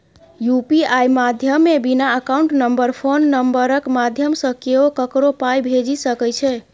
UPI माध्यमे बिना account number phone नंबरक माध्यमसँ केओ ककरो पाइ भेजि सकै छै